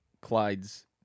Clyde's